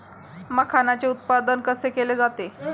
मखाणाचे उत्पादन कसे केले जाते?